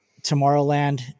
Tomorrowland